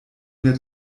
der